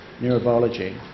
neurobiology